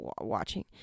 watching